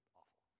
awful